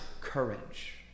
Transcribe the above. courage